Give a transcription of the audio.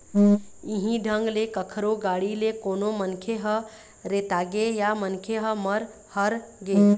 इहीं ढंग ले कखरो गाड़ी ले कोनो मनखे ह रेतागे या मनखे ह मर हर गे